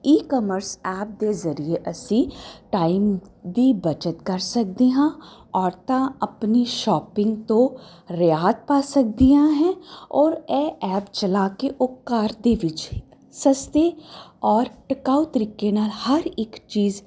ecommerce app ਦੇ ਜ਼ਰੀਏ ਅਸੀਂ ਟਾਈਮ ਦੀ ਬੱਚਤ ਕਰ ਸਕਦੇ ਹਾਂ ਔਰਤਾਂ ਆਪਣੀ ਸ਼ੋਪਿੰਗ ਤੋਂ ਰਿਆਤ ਪਾ ਸਕਦੀਆਂ ਹੈ ਔਰ ਇਹ ਐਪ ਚਲਾ ਕੇ ਉਹ ਘਰ ਦੇ ਵਿੱਚ ਸਸਤੇ ਔਰ ਟਿਕਾਊ ਤਰੀਕੇ ਨਾਲ ਹਰ ਇੱਕ ਚੀਜ਼